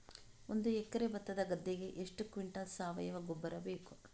ಒಂದು ಎಕರೆ ಭತ್ತದ ಗದ್ದೆಗೆ ಎಷ್ಟು ಕ್ವಿಂಟಲ್ ಸಾವಯವ ಗೊಬ್ಬರ ಬೇಕು?